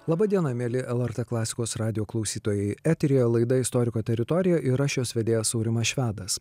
laba diena mieli lrt klasikos radijo klausytojai eteryje laida istoriko teritorija ir aš jos vedėjas aurimas švedas